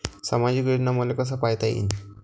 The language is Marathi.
सामाजिक योजना मले कसा पायता येईन?